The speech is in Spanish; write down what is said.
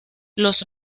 los